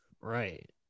Right